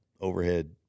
overhead